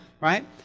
right